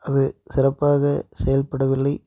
அது சிறப்பாக செயல்படவில்லை